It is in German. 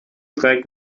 trägt